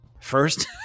First